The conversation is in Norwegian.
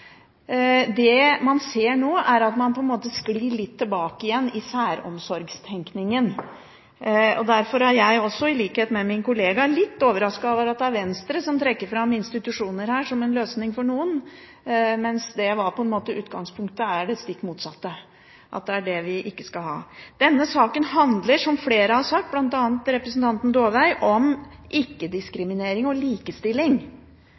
det kan jeg love. Det man ser nå, er at man på en måte sklir litt tilbake igjen i særomsorgstenkningen. Derfor er jeg også, i likhet med min kollega, litt overrasket over at det er Venstre som her trekker fram institusjoner som en løsning for noen, mens utgangspunktet er det stikk motsatte – det er det vi ikke skal ha. Denne saken handler, som flere har sagt, bl.a. representanten Dåvøy, om